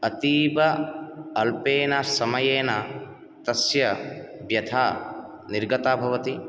अतीव अल्पेन समयेन तस्य व्यथा निर्गता भवति